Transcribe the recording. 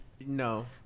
No